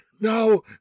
No